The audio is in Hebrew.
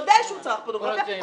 מודה שהוא צרך פורנוגרפיה,